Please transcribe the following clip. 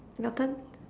your turn